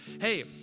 hey